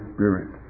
Spirit